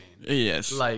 Yes